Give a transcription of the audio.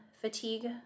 fatigue